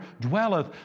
dwelleth